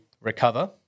recover